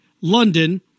London